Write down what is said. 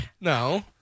No